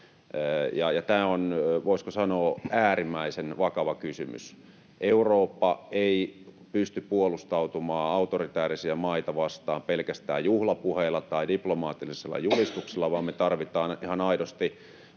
Tämä on, voisiko sanoa, äärimmäisen vakava kysymys. Eurooppa ei pysty puolustautumaan autoritäärisiä maita vastaan pelkästään juhlapuheilla tai diplomaattisella julistuksella, vaan me tarvitaan ihan aidosti